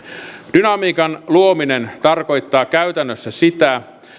dynamiikan luominen tarkoittaa käytännössä sitä